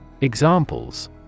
Examples